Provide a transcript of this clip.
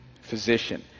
physician